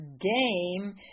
Game